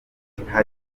umwana